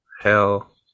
Hell